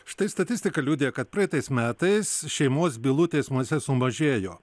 štai statistika liudija kad praeitais metais šeimos bylų teismuose sumažėjo